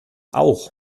auch